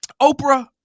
Oprah